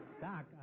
Doc